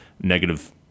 negative